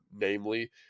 namely